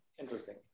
interesting